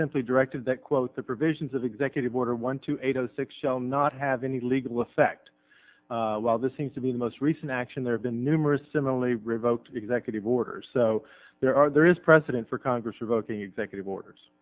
simply directed that quote the provisions of executive order one two eight zero six shall not have any legal effect while this seems to be the most recent action there have been numerous similarly revoked executive orders so there are there is precedent for congress revoking executive orders